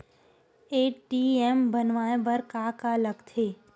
ATM बनवाय बर का का लगथे?